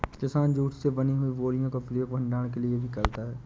किसान जूट से बनी हुई बोरियों का प्रयोग भंडारण के लिए भी करता है